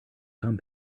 come